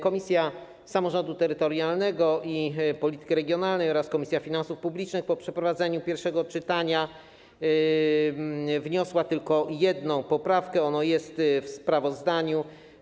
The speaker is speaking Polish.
Komisja Samorządu Terytorialnego i Polityki Regionalnej oraz Komisja Finansów Publicznych po przeprowadzeniu pierwszego czytania wniosła tylko jedną poprawkę, ona jest w sprawozdaniu.